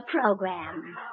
program